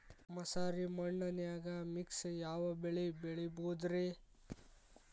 ಮಸಾರಿ ಮಣ್ಣನ್ಯಾಗ ಮಿಕ್ಸ್ ಯಾವ ಬೆಳಿ ಬೆಳಿಬೊದ್ರೇ?